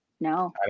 No